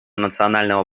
национального